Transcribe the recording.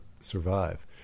survive